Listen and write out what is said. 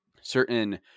certain